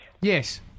Yes